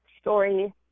story